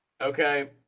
Okay